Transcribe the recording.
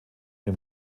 dem